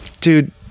Dude